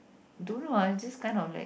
don't know lah just kind of like